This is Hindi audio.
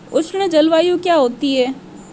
उष्ण जलवायु क्या होती है?